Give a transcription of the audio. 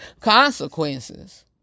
consequences